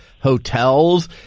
hotels